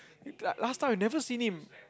like last time I've never seen him